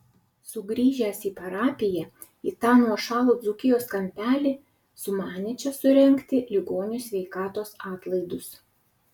sugrįžęs į parapiją į tą nuošalų dzūkijos kampelį sumanė čia surengti ligonių sveikatos atlaidus